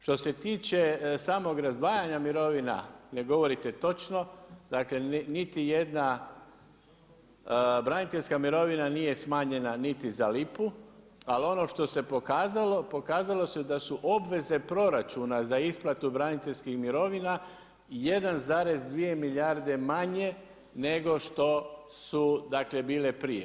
Što se tiče samog razdvajanja mirovina, ne govorite točno, dakle niti jedna braniteljska mirovina nije smanjena niti za lipu ali ono što se pokazalo, pokazalo se da su obveze proračuna za isplatu braniteljskih mirovina 1,2 milijarde manje nego što su dakle bile prije.